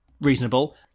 reasonable